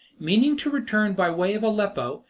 meaning to return by way of aleppo,